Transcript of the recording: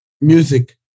music